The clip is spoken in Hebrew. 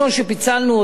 שפיצלנו אותו,